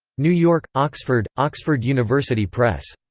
new york oxford, oxford university press.